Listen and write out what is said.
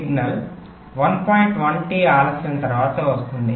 1T ఆలస్యం తర్వాత వస్తుంది